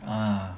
ah